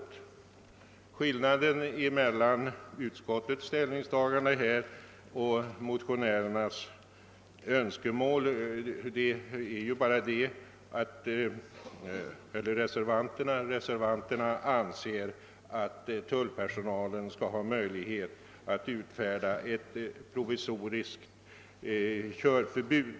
Skillnaden mellan utskottsmajoritetens ställningstagande och reservanternas önskemål är bara den, att reservanterna anser att tullpersonalen skall ha möjlighet att utfärda ett provisoriskt körförbud.